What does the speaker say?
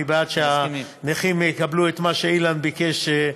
אני בעד שהנכים יקבלו את מה שאילן ביקש,